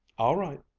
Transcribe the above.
all right,